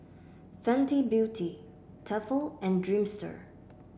Fenty Beauty Tefal and Dreamster